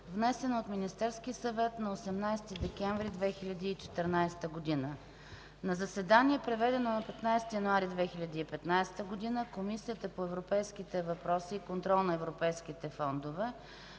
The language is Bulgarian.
внесена от Министерския съвет на 18 декември 2014 г. На заседание, проведено на 15 януари 2015 г., Комисията по европейските въпроси и контрол на европейските фондове